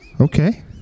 Okay